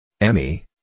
emmy